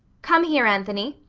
come here, anthony.